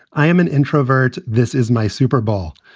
i am an introvert. this is my super bowl.